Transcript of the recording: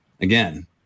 again